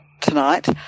tonight